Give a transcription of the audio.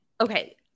Okay